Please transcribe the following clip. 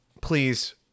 Please